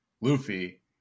luffy